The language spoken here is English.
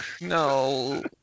no